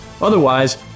otherwise